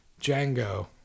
Django